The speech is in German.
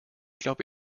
glaube